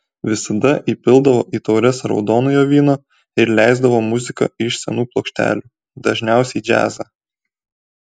visada įpildavo į taures raudonojo vyno ir leisdavo muziką iš senų plokštelių dažniausiai džiazą